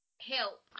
help